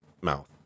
mouth